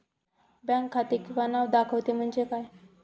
Bank खाते किंवा नाव दाखवते म्हणजे काय?